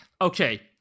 okay